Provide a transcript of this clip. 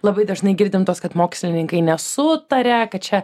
labai dažnai girdim tuos kad mokslininkai nesutaria kad čia